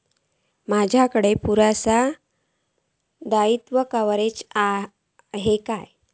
माजाकडे पुरासा दाईत्वा कव्हारेज असा काय?